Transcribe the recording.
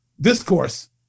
discourse